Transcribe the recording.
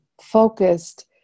focused